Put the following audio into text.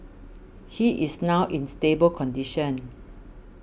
he is now in stable condition